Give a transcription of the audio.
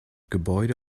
gebäude